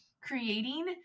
creating